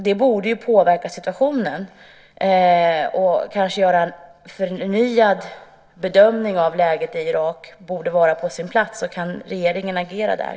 Det borde påverka situationen, och det borde vara på sin plats att göra en förnyad bedömning av läget i Irak. Kan regeringen agera där?